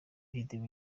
video